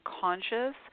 conscious